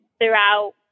throughout